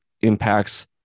impacts